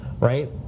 right